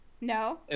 No